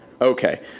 okay